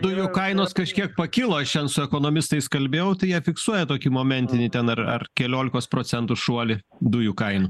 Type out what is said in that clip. dujų kainos kažkiek pakilo šian su ekonomistais kalbėjau tai jie fiksuoja tokį momentinį ten ar ar keliolikos procentų šuolį dujų kainų